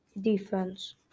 defense